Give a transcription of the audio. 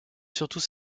surtout